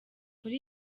muri